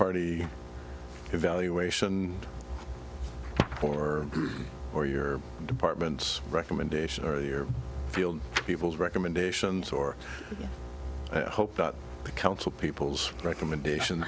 party evaluation or or your department's recommendation or your field people's recommendations or hope that the council people's recommendation